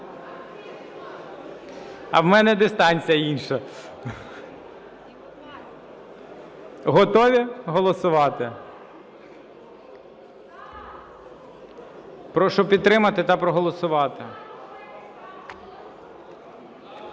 А у мене дистанція інша. Готові голосувати? Прошу підтримати та проголосувати.